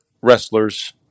wrestlers